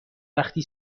وقتی